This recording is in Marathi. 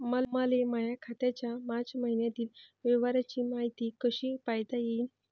मले माया खात्याच्या मार्च मईन्यातील व्यवहाराची मायती कशी पायता येईन?